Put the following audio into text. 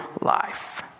life